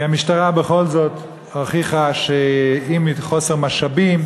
כי המשטרה בכל זאת הוכיחה, אם מחוסר משאבים,